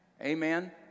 Amen